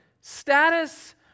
status